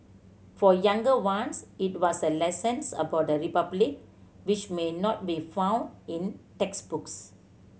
for younger ones it was a lessons about the republic which may not be found in textbooks